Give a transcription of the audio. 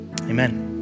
Amen